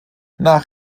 nach